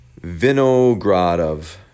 Vinogradov